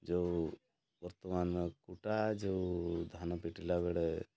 ଯେଉଁ ବର୍ତ୍ତମାନ କୁଟା ଯେଉଁ ଧାନ ପିଟିଲା ବେଳେ